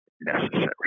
necessary